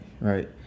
right